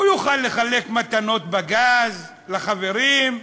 הוא יוכל לחלק מתנות בגז לחברים,